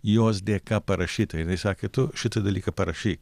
jos dėka parašyta jinai sakė tu šitą dalyką parašyk